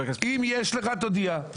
אם יש לך מספר טלפון, תודיע.